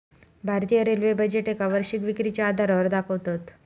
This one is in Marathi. भारतीय रेल्वे बजेटका वर्षीय विक्रीच्या आधारावर दाखवतत